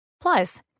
Plus